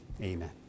Amen